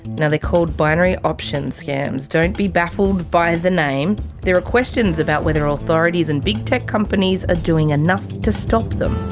and called binary option scams. don't be baffled by the name. there are questions about whether authorities and big tech companies are doing enough to stop them.